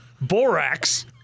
Borax